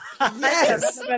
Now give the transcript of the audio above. Yes